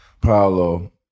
Paolo